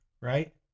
right